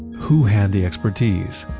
who had the expertise?